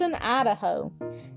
Idaho